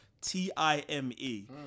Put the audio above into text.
T-I-M-E